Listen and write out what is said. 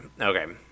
Okay